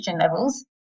levels